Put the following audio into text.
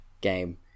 game